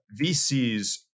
VCs